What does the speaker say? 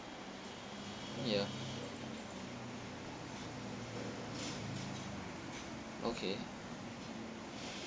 ya okay